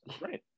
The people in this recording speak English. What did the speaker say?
right